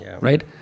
right